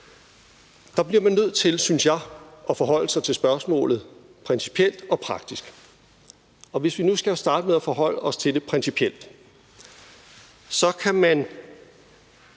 Der bliver man nødt til, synes jeg, at forholde sig til spørgsmålet principielt og praktisk. Og hvis vi nu skal starte med at forholde os til det principielt, kan man